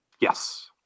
Yes